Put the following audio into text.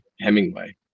Hemingway